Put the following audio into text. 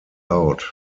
out